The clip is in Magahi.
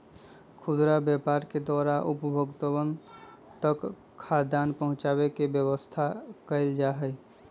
खुदरा व्यापार के द्वारा उपभोक्तावन तक खाद्यान्न पहुंचावे के व्यवस्था कइल जाहई